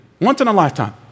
Once-in-a-lifetime